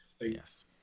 Yes